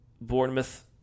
Bournemouth